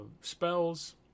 Spells